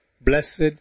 blessed